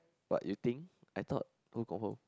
but you think I thought who confirm